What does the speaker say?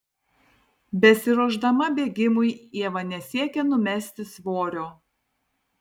besiruošdama bėgimui ieva nesiekia numesti svorio